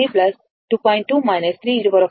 8e 10 t ampere